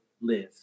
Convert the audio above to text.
live